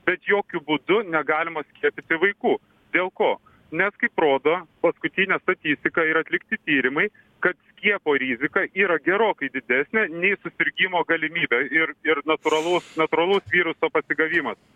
bet jokiu būdu negalima skiepyti vaikų dėl ko nes kaip rodo paskutinė statistika ir atlikti tyrimai kad skiepo rizika yra gerokai didesnė nei supirkimo galimybė ir ir natūralaus natūralaus viruso pasigavimas